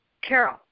Carol